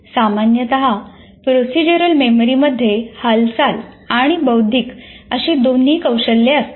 सामान्यत प्रोसिजरल मेमरीमध्ये हालचाल आणि बौद्धिक अशी दोन्ही कौशल्ये असतात